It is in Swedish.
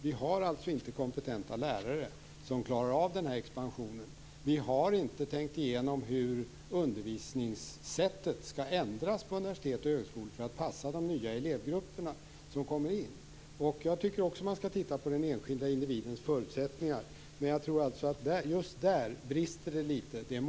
Vi har alltså inte kompetenta lärare som klarar av expansionen. Vi har inte tänkt igenom hur undervisningssättet på universitet och högskolor skall ändras för att passa de nya elevgrupper som kommer in. Jag tycker också att man skall titta på den enskilda individens förutsättningar, men jag tror att det brister litet på den punkten.